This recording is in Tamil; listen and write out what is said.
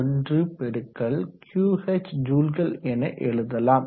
81xQh என ஜூல்கள் எழுதலாம்